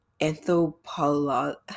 anthropology